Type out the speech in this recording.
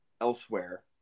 elsewhere